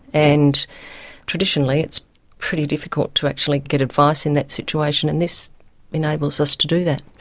and traditionally it's pretty difficult to actually get advice in that situation, and this enables us to do that.